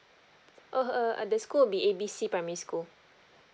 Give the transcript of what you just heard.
oh her uh the school will be a b c primary school